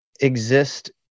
exist